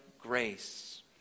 grace